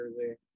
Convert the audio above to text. jersey